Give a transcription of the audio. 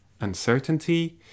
uncertainty